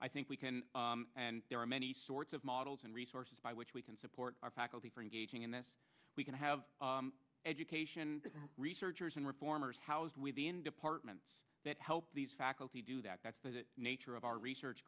i think we can and there are many sorts of models and resources by which we can support our faculty for engaging in this we can have education researchers and reformers housed within departments that help these faculty do that that's the nature of our research